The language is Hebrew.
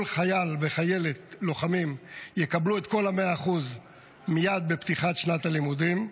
חייל וחיילת לוחמים יקבלו את כל ה-100% מייד בפתיחת שנת הלימודים.